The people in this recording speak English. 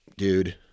dude